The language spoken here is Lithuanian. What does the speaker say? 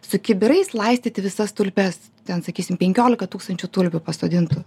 su kibirais laistyti visas tulpes ten sakysime penkiolika tūkstančių tulpių pasodintų